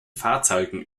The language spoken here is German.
fahrzeugen